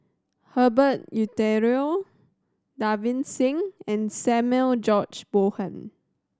Herbert Eleuterio Davinder Singh and Samuel George Bonham